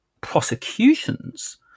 prosecutions